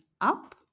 up